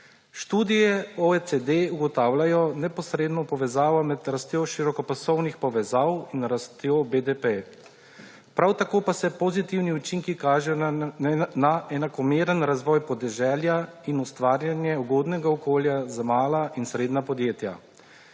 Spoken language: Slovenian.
Študije OECD ugotavljajo neposredno povezavo med rastjo širokopasovnih povezav in rastjo BDP. Prav tako pa pozitivni učinki kažejo na enakomeren razvoj podeželja in ustvarjanje ugodnega okolja za mala in srednja podjetja.